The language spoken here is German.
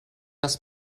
das